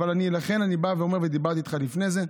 לכן אני בא ואומר, ודיברתי איתך לפני כן,